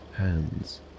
hands